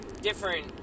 different